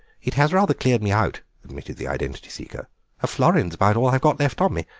it has rather cleared me out, admitted the identity-seeker a florin is about all i've got left on me.